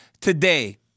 today